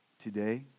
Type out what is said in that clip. today